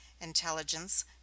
intelligence